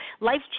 life